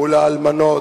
מול האלמנות,